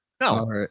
No